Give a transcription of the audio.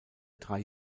drei